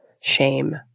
shame